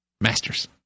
Masters